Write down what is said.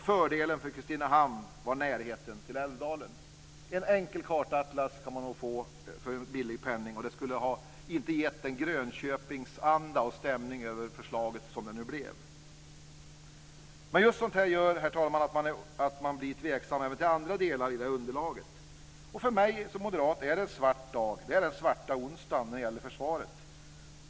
Fördelen för Kristinehamn var närheten till Älvdalen. En enkel kartatlas kan man nog få för en billig penning. Då skulle inte förslaget ha getts den anda och stämning av Grönköping som det nu blev. Just sådant här gör, herr talman, att man blir tveksam även till andra delar i underlaget. För mig som moderat är det en svart dag. Det är den svarta onsdagen när det gäller försvaret.